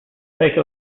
take